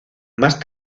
más